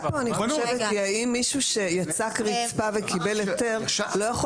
האם מישהו שיצק רצפה וקיבל היתר לא יכול